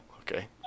okay